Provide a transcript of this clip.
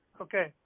Okay